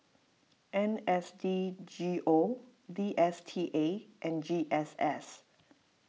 N S D G O D S T A and G S S